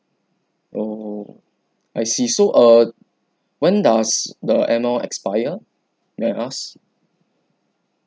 oh I see so err when does the annual expire may I ask